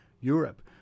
Europe